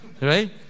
Right